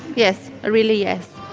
yes. really, yes.